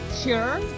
sure